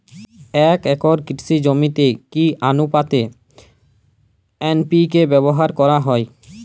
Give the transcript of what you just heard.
এক একর কৃষি জমিতে কি আনুপাতে এন.পি.কে ব্যবহার করা হয়?